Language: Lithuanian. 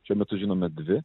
šiuo metu žinome dvi